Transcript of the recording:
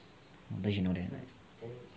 but you should know that